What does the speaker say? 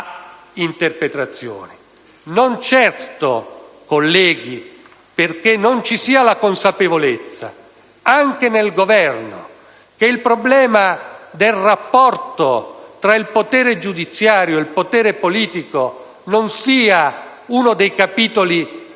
Non certo, colleghi, perché non ci sia la consapevolezza, anche nel Governo, che il problema del rapporto tra il potere giudiziario e il potere politico sia uno dei capitoli più importanti